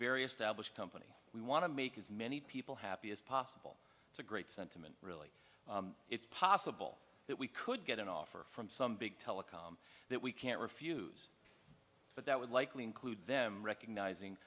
established company we want to make as many people happy as possible it's a great sentiment really it's possible that we could get an offer from some big telecom that we can't refuse but that would likely include them recognizing